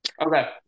Okay